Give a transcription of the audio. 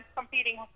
competing